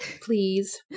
please